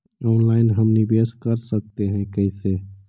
Online हम निवेश कर सकते है, कैसे?